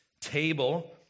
table